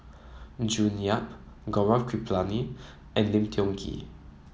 June Yap Gaurav Kripalani and Lim Tiong Ghee